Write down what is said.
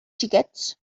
xiquets